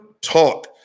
talk